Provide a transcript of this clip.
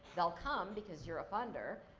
they'll come because your a funder.